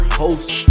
host